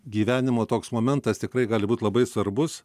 gyvenimo toks momentas tikrai gali būt labai svarbus